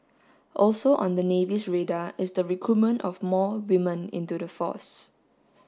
also on the navy's radar is the recruitment of more women into the force